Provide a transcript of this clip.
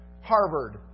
Harvard